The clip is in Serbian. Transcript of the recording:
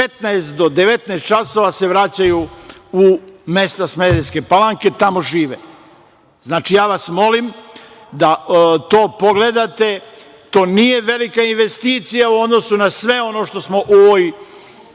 15.00 do 19.00 časova se vraćaju u mesta Smederevske Palanke, tamo žive. Znači, ja vas molim da to pogledate. To nije velika investicija u odnosu na sve ono što smo u ovoj